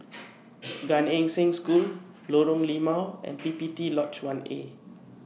Gan Eng Seng School Lorong Limau and P P T Lodge one A